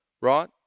right